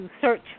search